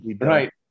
right